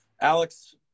Alex